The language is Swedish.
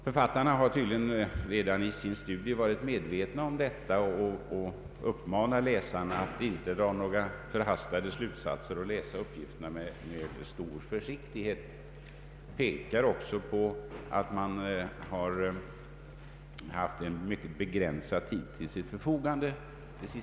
Författarna har tydligen redan i sin studie varit medvetna om detta och uppmanar läsarna att inte dra några förhastade slutsatser utan läsa uppgifterna med stor försiktighet. Utredarna pekar också på att de haft en mycket begränsad tid till sitt förfogande.